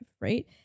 right